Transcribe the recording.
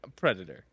Predator